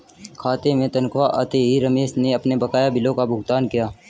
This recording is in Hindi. खाते में तनख्वाह आते ही रमेश ने अपने बकाया बिलों का भुगतान किया